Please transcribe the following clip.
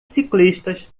ciclistas